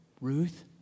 Ruth